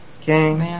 King